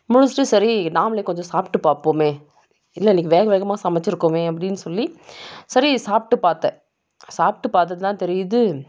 முடிச்சுட்டு சரி நாமளே கொஞ்சம் சாப்பிட்டு பார்ப்போமே இல்லை இன்னிக்கி வேக வேகமாக சமைச்சுருக்கோமே அப்படின்னு சொல்லி சரி சாப்பிட்டு பார்த்தேன் சாப்பிட்டு பார்த்துட்டுதான் தெரியுது